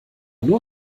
nur